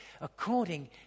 according